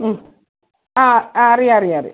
മ്മ് ആ ആ അറിയാം അറിയാം അറിയാം